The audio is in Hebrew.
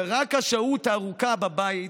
ורק השהות הארוכה בבית